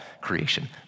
creation